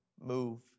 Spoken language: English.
move